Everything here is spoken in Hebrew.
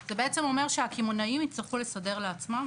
זה בעצם אומר שהקמעונאים יצטרכו לסדר לעצמם.